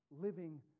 living